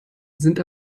sind